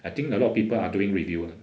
I think a lot of people are doing review [one]